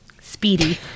speedy